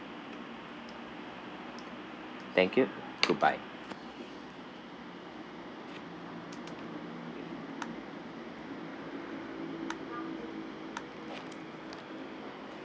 thank you goodbye